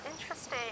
interesting